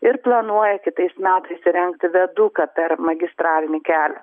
ir planuoja kitais metais įrengti viaduką per magistralinį kelią